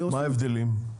מה ההבדלים?